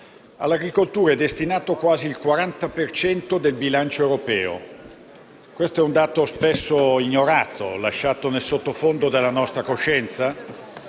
all'agricoltura è destinato quasi il 40 per cento del bilancio europeo. Si tratta di un dato spesso ignorato, lasciato nel sottofondo della nostra coscienza,